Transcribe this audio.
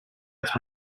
its